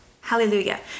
Hallelujah